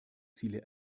ziele